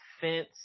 fence